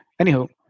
Anywho